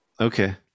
Okay